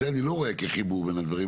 זה אני לא רואה כחיבור בין הדברים,